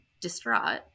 distraught